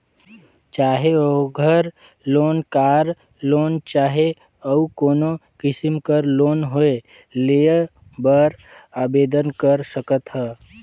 चाहे ओघर loan, car loan चहे अउ कोनो किसिम कर लोन होए लेय बर आबेदन कर सकत ह